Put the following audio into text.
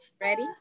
Ready